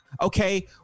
Okay